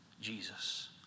Jesus